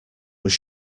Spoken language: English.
was